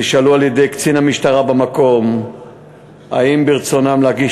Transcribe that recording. הם נשאלו על-ידי קצין המשטרה במקום אם ברצונם להגיש